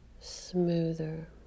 smoother